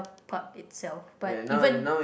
Park itself but even